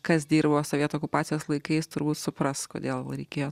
kas dirbo sovietų okupacijos laikais turbūt supras kodėl reikėjo